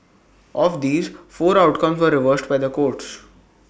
of these four outcomes were reversed by the courts